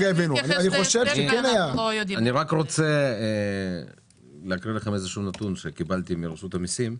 אני רוצה להקריא לכם נתון שקיבלתי מרשות המסים: